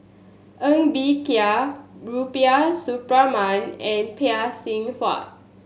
Ng Bee Kia Rubiah Suparman and Phay Seng Whatt